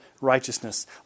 righteousness